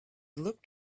looked